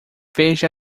veja